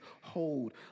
hold